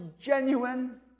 genuine